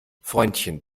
freundchen